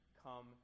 Come